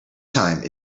time